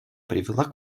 привела